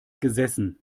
gesessen